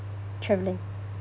travelling